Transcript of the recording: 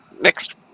next